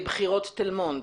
על בחירות תל מונד,